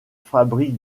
fabrique